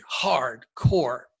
hardcore